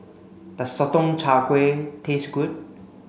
does Sotong Char Kway taste good